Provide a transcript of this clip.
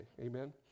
Amen